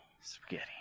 Spaghetti